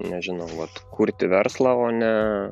nežinau vat kurti verslą o ne